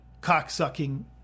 cock-sucking